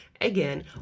again